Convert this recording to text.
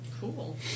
Cool